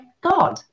God